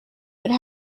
would